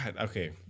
Okay